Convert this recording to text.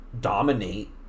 dominate